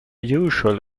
usual